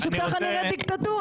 פשוט כך נראית דיקטטורה.